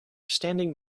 standing